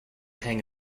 hang